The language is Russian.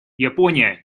япония